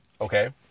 Okay